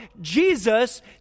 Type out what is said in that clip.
Jesus